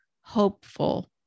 hopeful